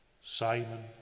Simon